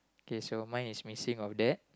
okay so mine is missing over there